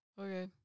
Okay